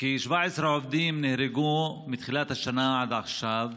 כ-17 עובדים נהרגו מתחילת השנה עד עכשיו,